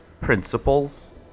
principles